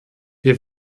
wir